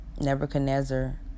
Nebuchadnezzar